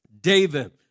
David